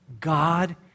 God